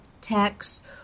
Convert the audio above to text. text